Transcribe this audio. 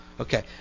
Okay